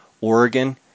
Oregon